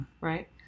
Right